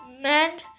Man